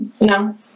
No